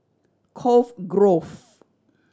Cove Grove